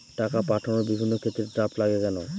টাকা পাঠানোর বিভিন্ন ক্ষেত্রে ড্রাফট লাগে কেন?